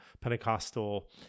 Pentecostal